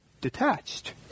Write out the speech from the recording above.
detached